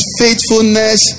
faithfulness